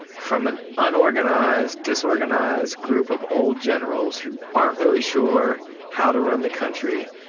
from an unorganised, disorganised group of old generals who aren't really sure how to run the country,